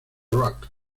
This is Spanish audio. rock